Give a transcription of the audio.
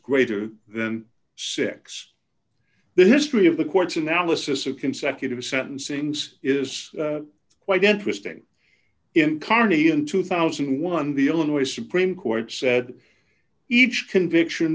greater than six the history of the court's analysis of consecutive sentencings is quite interesting in karni in two thousand and one the illinois supreme court said each conviction